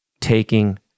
taking